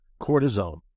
cortisone